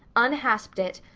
unhasped it,